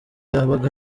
yabaga